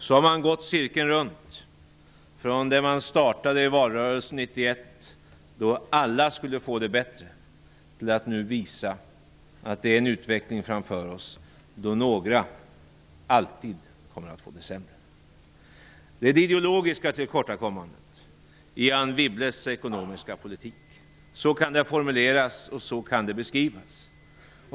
Så har man gått cirkeln runt, från det att man startade i valrörelsen 1991, då alla skulle få det bättre, till att nu visa på en utveckling framför oss där några alltid kommer att få det sämre. Så kan det ideologiska tillkortakommandet i Anne Wibbles ekonomiska politik formuleras och beskrivas.